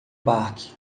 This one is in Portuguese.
parque